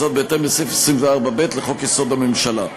בהתאם לסעיף 24(ב) לחוק-יסוד: הממשלה.